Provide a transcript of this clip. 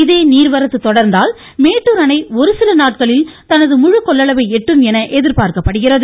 இதே நீர்வரத்து தொடர்ந்தால் மேட்டுர் அணை ஒருசில நாட்களில் தனது முழுகொள்ளவை எட்டும் என எதிர்பார்க்கப்படுகிறது